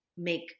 make